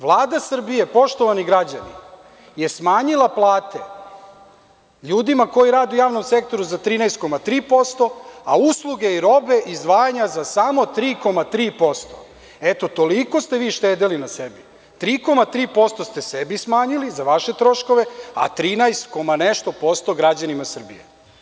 Vlada Srbije, poštovani građani, je smanjila plate ljudima koji rade u javnom sektoru za 13,3%, a usluge i robe izdvajanja za samo 3,3%, eto toliko ste vi štedeli na sebi, 3,3% ste sebi smanjili za vaše troškove, a 13 koma nešto posto građanima Srbije.